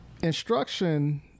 Instruction